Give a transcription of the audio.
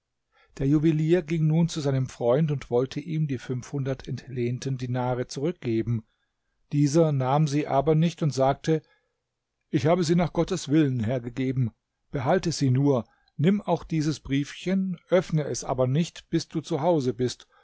der juwelier ging nun zu seinem freund und wollte ihm die fünfhundert entlehnten dinare zurückgeben dieser nahm sie aber nicht und sagte ich habe sie nach gottes willen hergegeben behalte sie nur nimm auch dieses briefchen öffne es aber nicht bis du zu hause bist